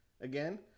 again